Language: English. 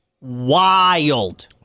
wild